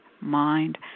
mind